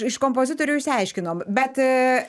iš kompozitorių išsiaiškinom bet